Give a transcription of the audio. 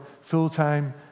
full-time